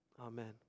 Amen